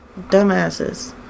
dumbasses